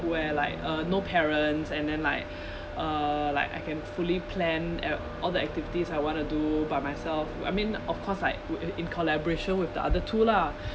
where like uh no parents and then like uh like I can fully plan at all the activities I want to do by myself I mean of course I w~ in in collaboration with the other two lah